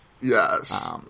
Yes